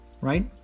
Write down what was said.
right